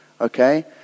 okay